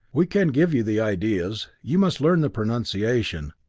we can give you the ideas you must learn the pronunciation,